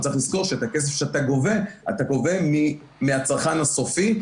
צריך לזכור שאת הכסף שאתה גובה אתה גובה מהצרכן הסופי.